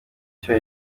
cyo